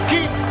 Keep